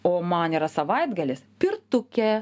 o man yra savaitgalis pirtukė